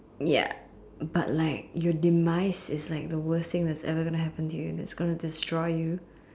ya but like your demise is like the worst thing that is ever going to happen to you its like going to destroy you